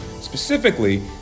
specifically